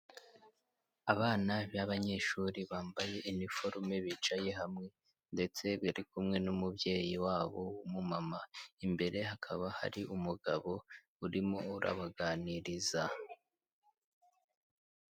Abana b'abanyeshuri bambaye iniforume bicaye hamwe ndetse bari kumwe n'umubyeyi wabo w'umumama imbere hakaba hari umugabo urimo urabaganiriza.